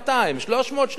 300,000,